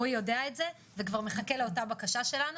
רועי יודע על זה וכבר מחכה לאותה בקשה שלנו,